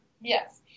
Yes